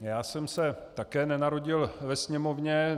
Já jsem se také nenarodil ve Sněmovně.